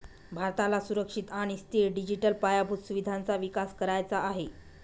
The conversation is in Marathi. भारताला सुरक्षित आणि स्थिर डिजिटल पायाभूत सुविधांचा विकास करायचा आहे